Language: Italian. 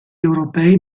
europei